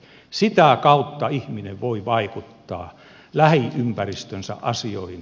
sitä kautta ihminen voi vaikuttaa lähiympäristönsä asioihin